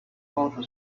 ought